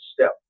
step